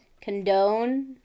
Condone